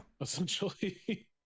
essentially